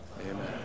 amen